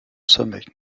sommet